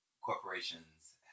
corporations